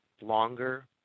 longer